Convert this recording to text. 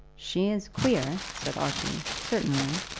she is queer, said archie certainly.